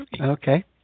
Okay